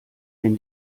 wenn